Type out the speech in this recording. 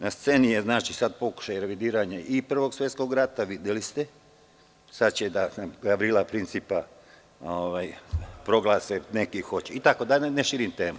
Na sceni je sad i pokušaj revidiranja i Prvog svetskog rata, videli ste, sada će da Gavrila Principa proglase, neki hoće, itd, da ne širim temu.